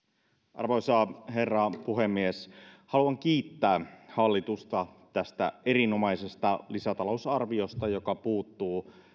arvoisa herra puhemies haluan kiittää hallitusta tästä erinomaisesta lisätalousarviosta joka puuttuu